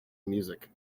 music